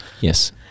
Yes